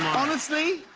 honestly?